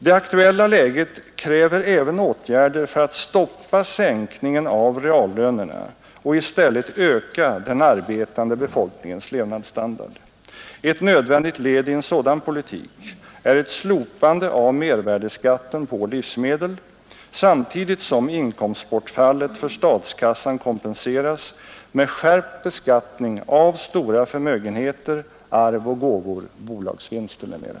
Det aktuella läget kräver även åtgärder för att stoppa sänkningen av reallönerna och i stället öka den arbetande befolkningens levnadsstandard. Ett nödvändigt led i en sådan politik är ett slopande av mervärdeskatten på livsmedel, samtidigt som inkomstbortfallet för statskassan kompenseras med skärpt beskattning av stora förmögenheter, arv och gåvor, bolagsvinster m.m.